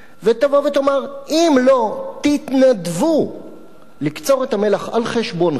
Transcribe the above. ותבוא ותאמר: אם לא תתנדבו לקצור את המלח על חשבונכם,